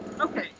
Okay